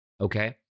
okay